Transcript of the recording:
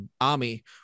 army